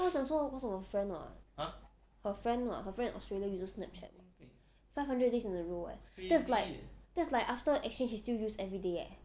她讲说 cause of her friend [what] her friend [what] her friend in australia uses Snapchat [what] five hundred days in a row leh that's like that's like after exchange she still use every day eh